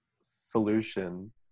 solution